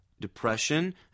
Depression